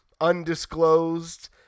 undisclosed